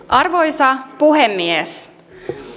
arvoisa puhemies